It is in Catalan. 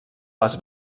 les